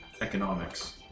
economics